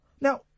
Now